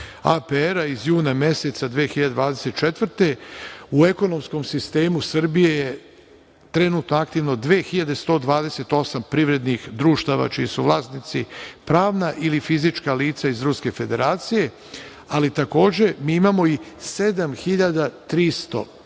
APR iz juna meseca 2024. godine u ekonomskom sistemu Srbije je trenutno aktivno 2128 privredih društava čiji su vlasnici pravna ili fizička lica iz Ruske Federacije. Takođe, imamo i 7300